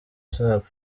sup